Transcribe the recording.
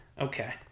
Okay